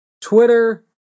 Twitter